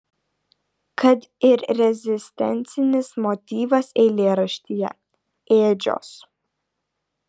kad ir rezistencinis motyvas eilėraštyje ėdžios